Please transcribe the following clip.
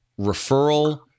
referral